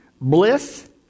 bliss